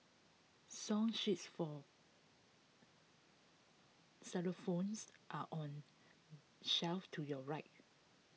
song sheets for xylophones are on shelf to your right